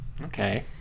Okay